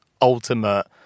ultimate